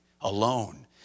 alone